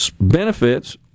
benefits